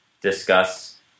discuss